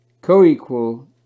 co-equal